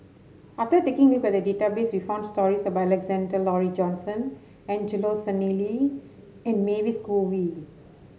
after taking a look at the database we found stories about Alexander Laurie Johnston Angelo Sanelli and Mavis Khoo Oei